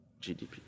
gdp